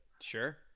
Sure